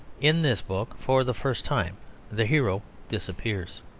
in this book for the first time the hero disappears.